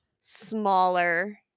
smaller